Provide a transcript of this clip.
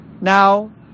Now